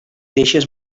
deixes